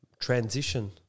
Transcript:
transition